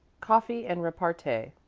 coffee and repartee.